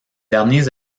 derniers